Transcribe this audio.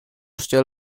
still